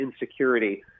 insecurity